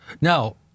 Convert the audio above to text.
Now